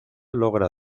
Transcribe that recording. logra